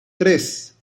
tres